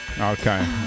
Okay